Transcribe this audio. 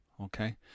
Okay